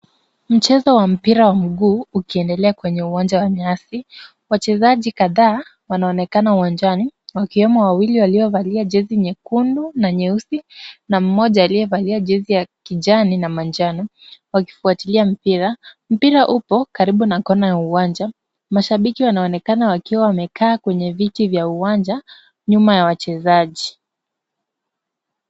Mchezo wa mpira wa mguu ukiendelea kwenye uwanja wa nyasi, wachezaji kadhaa wanaonekana uwanjani, wakiwemo wawili waliovalia jezi nyekundu na nyeusi na mmoja aliyevalia jezi ya kijani na manjano wakifuatilia mpira. Mpira upo karibu na corner ya uwanja, mashabiki wanaonekana wakiwa wamekaa kwenye viti vya uwanja nyuma ya wachezaji.